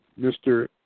Mr